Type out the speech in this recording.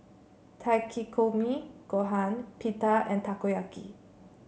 Takikomi Gohan Pita and Takoyaki